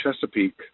Chesapeake